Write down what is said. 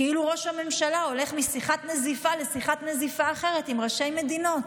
כאילו ראש הממשלה הולך משיחת נזיפה לשיחת נזיפה אחרת עם ראשי מדינות.